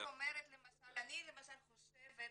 אני למשל חושבת,